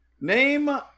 name